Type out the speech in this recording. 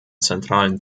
zentralen